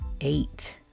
eight